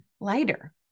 lighter